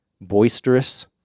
boisterous